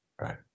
right